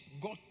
God